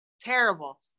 terrible